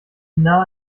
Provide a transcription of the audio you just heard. nah